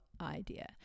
idea